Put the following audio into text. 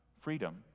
freedom